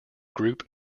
group